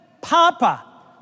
Papa